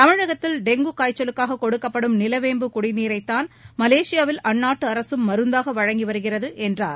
தமிழகத்தில் டெங்கு காய்ச்சலுக்காக கொடுக்கப்படும் நிலவேம்பு குடிநீரைதான் மலேசியாவில் அந்நாட்டு அரசும் மருந்தாக வழங்கி வருகிறது என்றார்